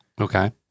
Okay